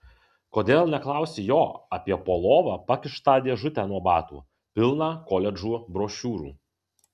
kodėl neklausi jo apie po lova pakištą dėžutę nuo batų pilną koledžų brošiūrų